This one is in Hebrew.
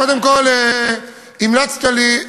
קודם כול, המלצת לי,